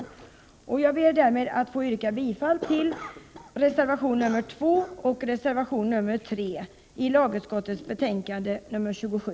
Jag ber därmed att få yrka bifall till reservationerna 2 och 3 i lagutskottets betänkande 27.